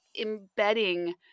embedding